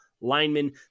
linemen